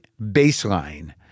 baseline